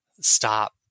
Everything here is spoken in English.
stop